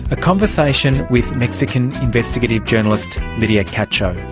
a conversation with mexican investigative journalist lydia cacho.